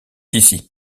ici